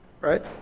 Right